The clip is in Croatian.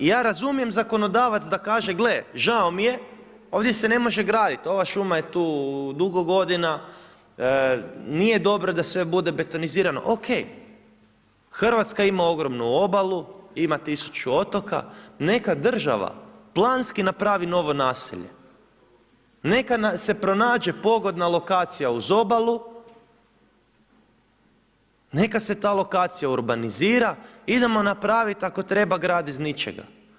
I ja razumijem zakonodavac da kaže gle, žao mi je, ovdje se ne može graditi, ova šuma je tu dugo godina, nije dobro da sve bude betonizirano, ok, Hrvatska ima ogromnu obalu, ima 1000 otoka, neka država planski napravi novo naselje, neka nam se pronađe pogodna lokacija uz obalu, neka se ta lokacija urbanizira, idemo napraviti ako treba grad iz ničega.